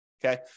Okay